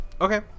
Okay